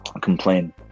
complain